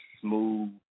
smooth